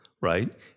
right